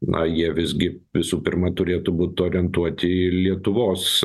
na jie visgi visų pirma turėtų būt orientuoti į lietuvos